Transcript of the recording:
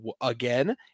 again